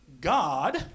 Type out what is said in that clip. God